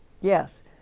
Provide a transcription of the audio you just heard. Yes